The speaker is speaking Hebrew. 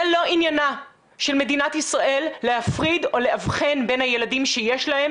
זה לא עניינה של מדינת ישראל להפריד או לאבחן בין הילדים שיש להם